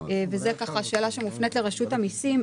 וזאת שאלה שמופנית לרשות המיסים,